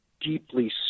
deeply